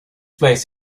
place